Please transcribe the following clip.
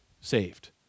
saved